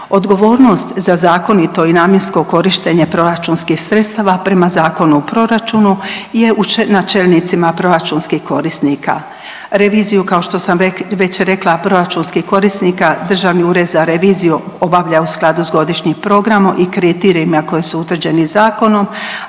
Odgovornost za zakonito i namjensko korištenje proračunskih sredstava prema Zakonu o proračunu je na čelnicima proračunskih korisnika. Reviziju kao što sam već rekla proračunskih korisnika Državni ured za reviziju obavlja u skladu s godišnjim programom i kriterijima koji su utvrđeni zakonom,